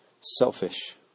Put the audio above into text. selfish